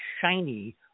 shiny